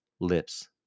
lips